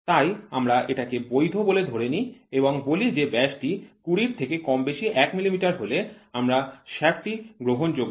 তাই আমরা এটাকে বৈধ বলে ধরে নিই এবং বলি যে ব্যাস টি ২০ র থেকে কম বেশি ১ মিলিমিটার হলে আমার শ্যাফ্ট টি জন্য গ্রহণযোগ্য